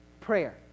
Prayer